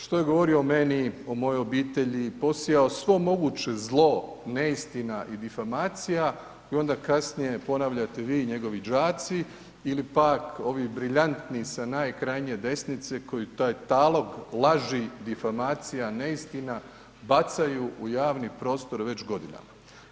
Što je govorio o meni, o mojoj obitelji, posijao svo moguće zlo neistina i difamacija i koje kasnije ponavljate vi, njegovi đaci ili pak ovi briljantni sa najkrajnje desnice koji taj talog laži, difamacija, neistina bacaju u javni prostor već godinama.